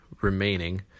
remaining